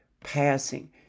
passing